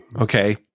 Okay